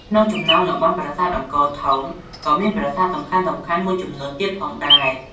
ក្នុងចំណោមតំបន់ប្រាសាទអង្គរធំក៏មាន ប្រាសាទសំខានៗមួយចំនួនទៀតផងដែរ។